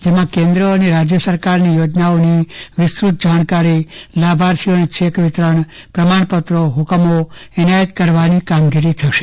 જેમાં કેન્દ્ર અને રાજ્ય સરકારની યોજનાઓની વિસ્તૃત જાણકારી લાભાર્થીઓને ચેક વિતરણ પ્રમાણપત્રો હુકમો એનાયત કરવાની કામગીરી થશે